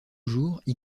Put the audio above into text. jours